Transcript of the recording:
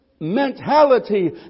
Mentality